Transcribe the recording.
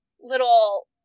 little